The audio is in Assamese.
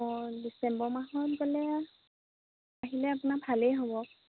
অঁ ডিচেম্বৰ মাহত গ'লে আহিলে আপোনাৰ ভালেই হ'ব